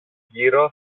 γύρω